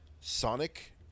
Sonic